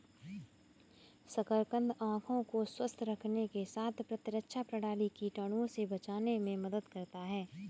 शकरकंद आंखों को स्वस्थ रखने के साथ प्रतिरक्षा प्रणाली, कीटाणुओं से बचाने में मदद करता है